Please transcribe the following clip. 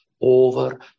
over